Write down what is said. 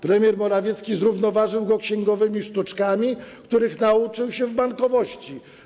Premier Morawiecki zrównoważył go księgowymi sztuczkami, których nauczył się w bankowości.